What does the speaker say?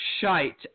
shite